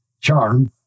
Charm